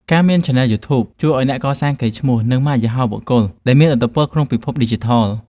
ការមានឆានែលយូធូប ជួយឱ្យអ្នកកសាងកេរ្តិ៍ឈ្មោះ និងម៉ាកយីហោបុគ្គល ដែលមានឥទ្ធិពលក្នុងពិភពឌីជីថល។